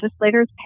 legislators